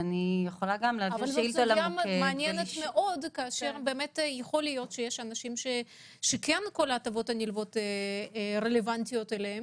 יכול להיות שיש אנשים שההטבות הנלוות רלוונטיות אליהם